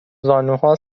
زانوها